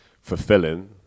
fulfilling